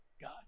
God